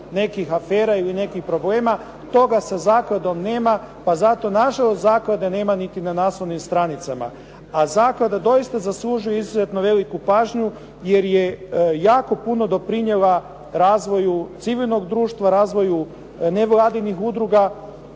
nekih afera ili nekih problema. Toga sa zakladom nema pa zato nažalost zaklade nema niti na naslovnim stranicama a zaklada doista zaslužuje izuzetno veliku pažnju jer je jako puno doprinijela razvoju civilnog društva, razvoju nevladinih udruga